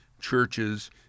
churches